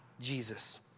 Jesus